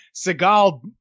Seagal